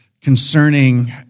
concerning